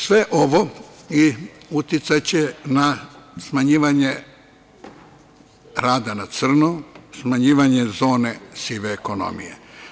Sve ovo uticaće na smanjivanje rada na crno, smanjivanje zone sive ekonomije.